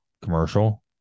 commercial